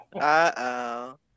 Uh-oh